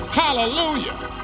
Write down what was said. hallelujah